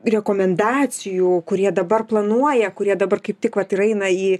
rekomendacijų kurie dabar planuoja kurie dabar kaip tik vat ir eina į